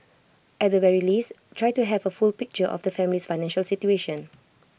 at the very least try to have A full picture of the family's financial situation